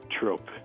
trope